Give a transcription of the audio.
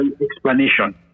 explanation